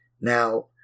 Now